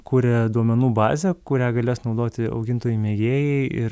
kuria duomenų bazę kurią galės naudoti augintojai mėgėjai ir